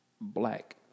black